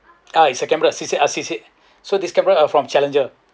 uh it's a cameras C_C uh C_C so this camera are from Challenger